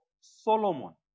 Solomon